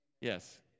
yes